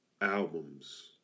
albums